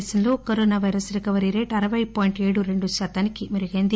దేశంలో corona virus recovery rate అరవై point ఏడు రెండు శాతానికి మెరుగైంది